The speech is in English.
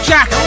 Jack